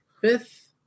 Fifth